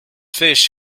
fish